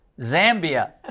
Zambia